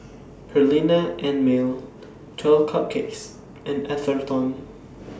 Perllini and Mel twelve Cupcakes and Atherton